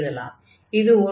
இது ஒரு பாரபோலா ஆகும்